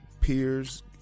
peers